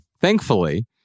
Thankfully